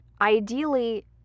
ideally